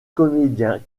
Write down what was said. comédien